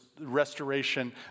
restoration